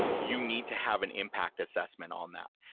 you need to have an impact assessment on that.